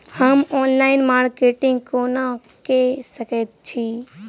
हम online marketing केना कऽ सकैत छी?